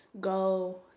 go